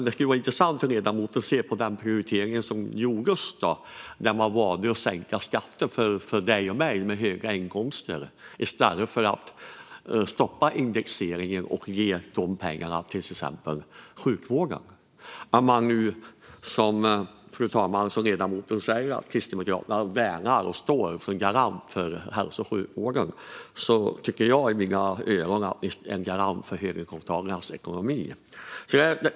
Det skulle vara intressant att höra hur ledamoten ser på den prioritering som gjordes, där man valde att sänka skatten för dig och mig med höga inkomster i stället för att stoppa indexeringen och ge pengarna till exempelvis sjukvården. Fru talman! Ledamoten säger att Kristdemokraterna värnar och står som garant för hälso och sjukvården. Men i mina ögon är ni en garant för höginkomsttagarnas ekonomier.